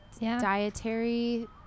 dietary